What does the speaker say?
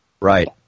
Right